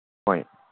ꯍꯣꯏ